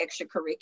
extracurricular